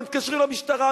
מתקשרים למשטרה,